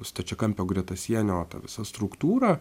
stačiakampio gretasienio ta visa struktūra